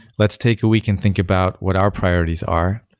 let's take a week and think about what our priorities are.